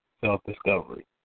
self-discovery